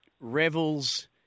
revels